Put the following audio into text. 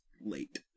late